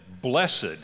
blessed